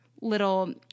little